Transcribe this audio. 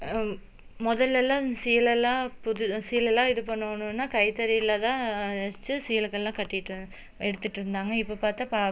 முதல்லலாம் சீலைலாம் புது சீலைலாம் இது பண்ணணுன்னா கைத்தறியில் தான் நெசச்சு சீலை கீலைலாம் கட்டிட்டு எடுத்துட்டுருந்தாங்க இப்போ பார்த்தா